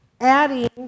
adding